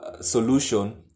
solution